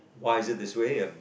why is it this way um